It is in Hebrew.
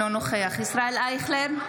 אינו נוכח ישראל אייכלר,